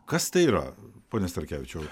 kas tai yra pone starkevičiau